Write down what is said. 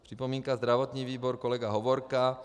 Připomínka zdravotní výbor kolega Hovorka.